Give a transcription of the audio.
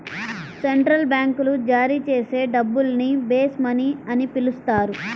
central బ్యాంకులు జారీ చేసే డబ్బుల్ని బేస్ మనీ అని పిలుస్తారు